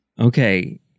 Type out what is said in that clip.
Okay